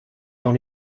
dans